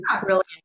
brilliant